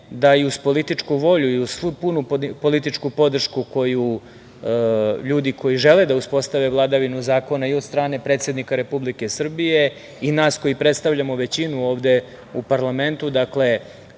da i uz političku volju i punu političku podršku koju ljudi koji žele da uspostave vladavinu zakona i od strane predsednika Republike Srbije i nas koji predstavljamo većinu ovde u parlamentu, dakle,